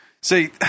see